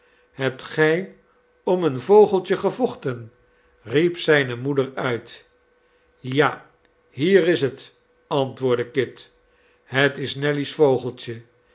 hebt gij om een vogeltje gevochten riep zijne moeder uit ja hier is het antwoordde kit het is nelly's vogeltje